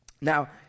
now